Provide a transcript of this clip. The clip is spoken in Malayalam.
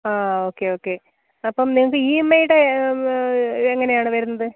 ആ ഓക്കെ യോക്കെ അപ്പം നിങ്ങൾക്ക് ഇ എം ഐ ടെ എങ്ങനെയാണ് വരുന്നത്